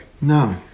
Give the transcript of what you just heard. No